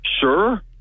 sure